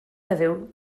heddiw